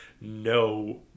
no